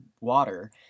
water